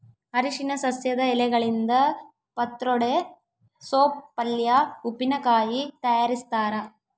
ಅರಿಶಿನ ಸಸ್ಯದ ಎಲೆಗಳಿಂದ ಪತ್ರೊಡೆ ಸೋಪ್ ಪಲ್ಯೆ ಉಪ್ಪಿನಕಾಯಿ ತಯಾರಿಸ್ತಾರ